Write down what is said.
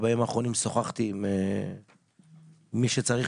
בימים האחרונים שוחחתי עם מי שצריך